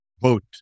vote